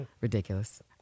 Ridiculous